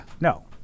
No